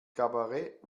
kabarett